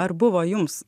ar buvo jums